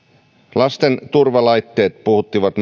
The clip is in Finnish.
lasten turvalaitteet puhuttivat